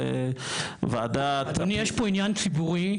זה וועדת --- אם יש פה עניין ציבורי,